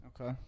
Okay